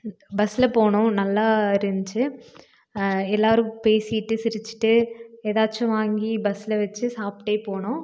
பஸ்ஸில் போனோம் நல்லா இருந்துச்சி எல்லோரும் பேசிகிட்டு சிரிச்சிகிட்டு ஏதாச்சும் வாங்கி பஸ்ஸில் வெச்சு சாப்டுட்டே போனோம்